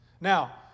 Now